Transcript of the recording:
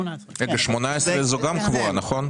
18 זה גם קבועה, נכון?